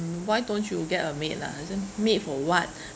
why don't you get a maid lah I say maid for what